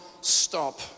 stop